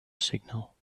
signal